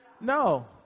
No